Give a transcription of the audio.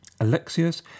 Alexius